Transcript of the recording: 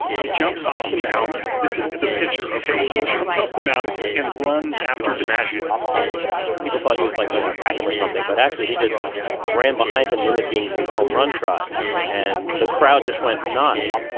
he jumps off the mound. this is the pitcher, okay? he jumps off the mound and runs after dimaggio people thought he was like, going to attack him or something but actually he just ran behind him mimicking his home run trot and the crowd just went nuts